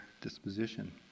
disposition